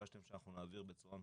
יכולה להיות בקשה לאורכה שמגישים לבית